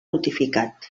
notificat